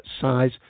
size